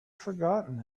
forgotten